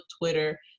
Twitter